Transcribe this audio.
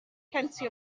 plenty